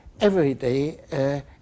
everyday